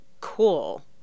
cool